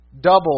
Double